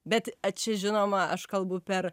bet čia žinoma aš kalbu per